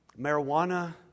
marijuana